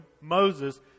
Moses